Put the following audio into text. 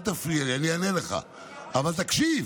אל תפריע לי, אני אענה לך, אבל תקשיב.